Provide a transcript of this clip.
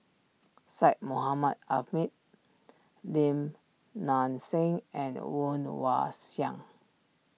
Syed Mohamed Ahmed Lim Nang Seng and Woon Wah Siang